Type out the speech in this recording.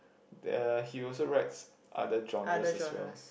there he also writes other genres as well